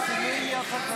לסיים.